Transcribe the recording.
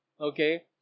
okay